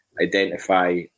identify